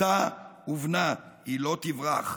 בתה ובנה / היא לא תברח,